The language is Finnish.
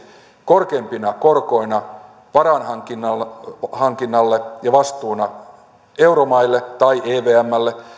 korkeampina korkoina varainhankinnalle ja vastuuna euromaille tai evmlle